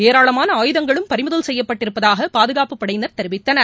ஏராளமான ஆயுதங்களும் பறிமுதல் செய்யப்பட்டிருப்பதாக பாதுகாப்புப் படையினர் தெரிவித்தனர்